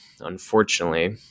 unfortunately